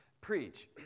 preach